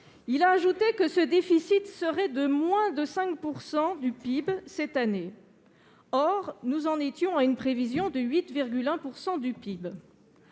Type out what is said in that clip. Il a ajouté que ce déficit serait de moins de 5 % du PIB cette année. Or nous en étions restés à une prévision de 8,1 % du PIB.